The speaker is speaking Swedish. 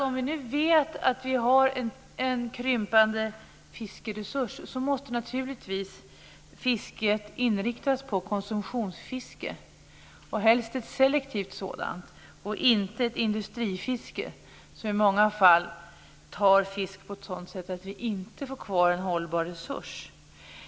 Om vi nu vet att vi har en krympande fiskeresurs måste naturligtvis fisket inriktas på konsumtionsfiske - helst på ett selektivt sådant - och inte på ett industrifiske, som i många fall tar fisk på ett sådant sätt att vi inte får kvar en hållbar resurs.